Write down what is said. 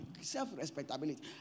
self-respectability